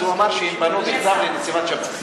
אז הוא אמר שהם פנו בכתב לנציגת שב"ס.